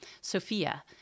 Sophia